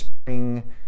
spring